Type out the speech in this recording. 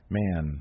man